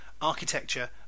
architecture